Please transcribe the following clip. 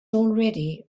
already